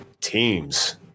teams